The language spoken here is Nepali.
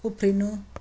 उफ्रिनु